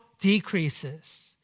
decreases